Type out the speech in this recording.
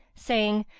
saying,